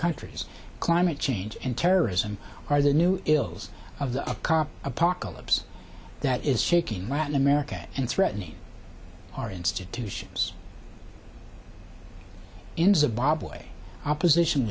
countries climate change and terrorism are the new ills of the car apocalypse that is shaking latin america and threatening our institutions in zimbabwe opposition